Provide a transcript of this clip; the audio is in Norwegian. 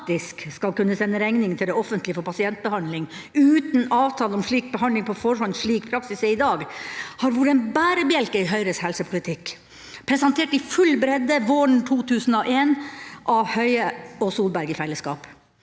skal kunne sende regning til det offentlige for pasientbehandling – uten avtale om slik behandling på forhånd, slik praksis er i dag – har vært en bærebjelke i Høyres helsepolitikk, presentert i full bredde våren 2011 av Høie og Solberg i fellesskap.